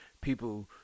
people